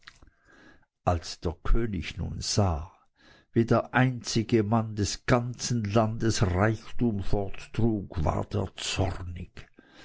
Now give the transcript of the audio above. als der könig nun sah wie der einzige mann des ganzen landes reichtum forttrug ward er zornig